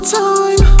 time